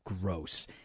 gross